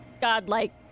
godlike